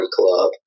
club